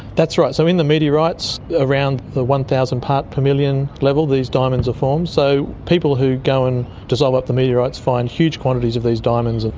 that's right. so in the meteorites around the one thousand parts per million level these diamonds are formed. so people who go and dissolve up the meteorites find huge quantities of these diamonds.